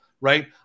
right